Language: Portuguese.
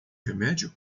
remédio